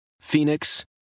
Phoenix